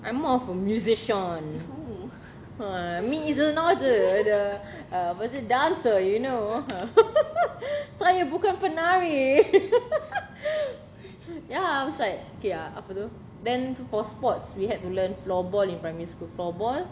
I'm more of a musician ha me is not uh apa tu dancer you know saya bukan penari ya I was like okay ah apa tu then for sports we had to learn floorball in primary school floorball